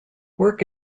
work